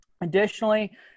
Additionally